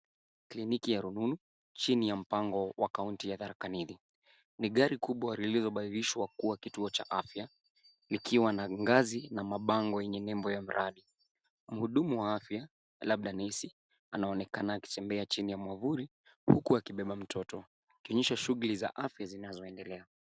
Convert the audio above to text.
Kliniki ya rununu chini ya mpango wa kaunti ya Tharakanithi. Ni gari kubwa lililobainishwa kuwa kituo cha afya likiwa na ngazi na mabango yenye mraba. Mhudumu wa afya labda nesi anaonekana akitembea chini ya mwavuli huku kibeba mtoto ikionyesha shuguli za afya zinazoendelea.